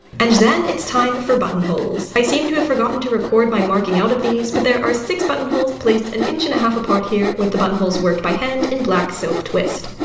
and then it's time for buttonholes. i seem to have forgotten to record my marking out of these, but there are six button holes placed an inch and a half apart here with the button holes worked by hand in black silk twist.